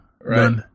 Right